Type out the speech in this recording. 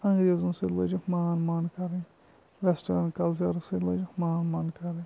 انٛگریزَن سۭتۍ لٲجِکھ مان مان کَرٕنۍ وٮ۪سٹٲرٕن کَلچَرَس سۭتۍ لٲجِکھ مان مان کَرٕنۍ